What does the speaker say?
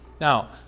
Now